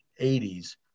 80s